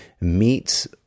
meets